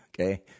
Okay